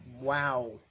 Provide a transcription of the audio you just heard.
Wow